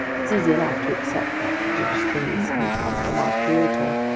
it's easy enough to accept that prodigious things can come from our creator.